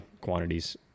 quantities